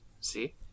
See